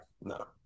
no